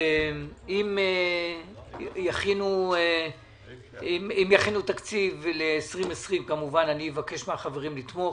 אם יכינו תקציב ל-2020 כמובן אבקש מן החברים לתמוך.